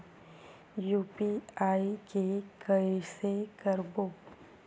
UPI के कइसे करबो?